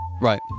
Right